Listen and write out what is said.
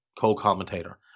co-commentator